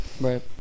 right